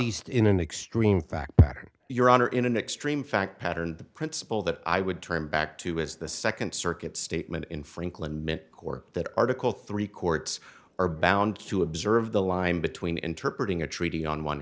least in an extreme fact pattern your honor in an extreme fact pattern the principle that i would turn back to is the second circuit statement in franklin mint quirk that article three courts are bound to observe the line between interpret ing a treaty on one